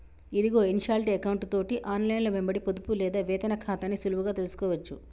ఇదిగో ఇన్షాల్టీ ఎకౌంటు తోటి ఆన్లైన్లో వెంబడి పొదుపు లేదా వేతన ఖాతాని సులువుగా తెలుసుకోవచ్చు